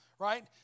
Right